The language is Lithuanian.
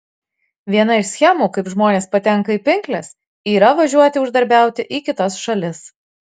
viena iš schemų kaip žmonės patenka į pinkles yra važiuoti uždarbiauti į kitas šalis